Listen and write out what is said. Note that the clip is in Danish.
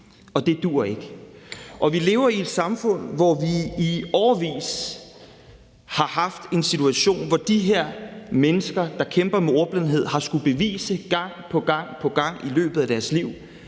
og det duer ikke. Vi lever i et samfund, hvor vi i årevis har haft en situation, hvor de her mennesker, der kæmper med ordblindhed, har skullet bevise gang på gang på gang i løbet af deres liv,